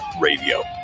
Radio